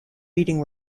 reading